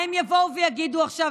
מה הם יבואו ויגידו עכשיו,